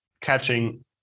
catching